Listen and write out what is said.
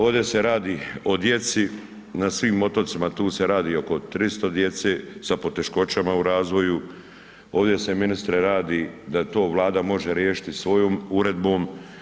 Ovde se radi o djeci na svim otocima, tu se radi oko 300 djece sa poteškoćama u razvoju, ovde se ministre radi da to Vlada može riješiti svojom uredbom.